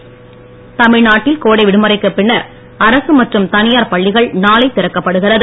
பள்ளிகள் தமிழ்நாட்டில் கோடை விடுமுறைக்கு பின்னர் அரசு மற்றும் தனியார் பள்ளிகள் நாளை திறக்கப்படுகிறது